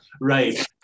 Right